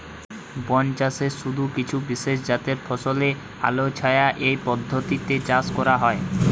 বনচাষে শুধু কিছু বিশেষজাতের ফসলই আলোছায়া এই পদ্ধতিতে চাষ করা হয়